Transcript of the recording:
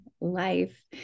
life